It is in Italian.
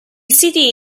siti